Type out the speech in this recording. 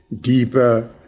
deeper